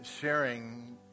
sharing